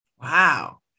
Wow